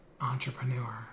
entrepreneur